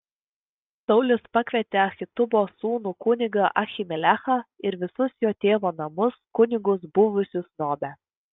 saulius pakvietė ahitubo sūnų kunigą ahimelechą ir visus jo tėvo namus kunigus buvusius nobe